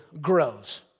grows